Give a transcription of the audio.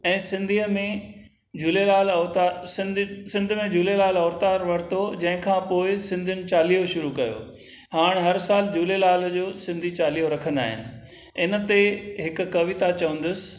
ऐं सिंधीअ में झूलेलाल अवतार सिंध में झूलेलाल अवतार वरितो जंहिंखां पोइ सिंधियुनि चालीहो शुरू कयो हाणे हर सालु झूलेलाल जो सिंधी चालीहो रखंदा आहिनि हिन ते हिकु कविता चवंदुसि